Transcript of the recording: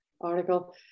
article